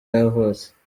yavutse